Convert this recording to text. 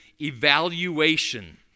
evaluation